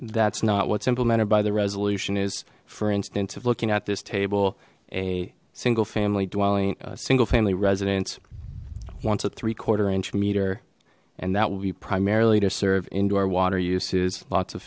that's not what's implemented by the resolution is for instance of looking at this table a single family dwelling single family residence once a three quarter inch meter and that will be primarily to serve into our water uses lots of